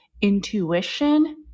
intuition